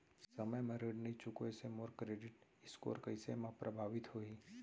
समय म ऋण नई चुकोय से मोर क्रेडिट स्कोर कइसे म प्रभावित होही?